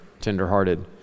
tenderhearted